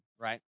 right